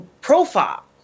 profile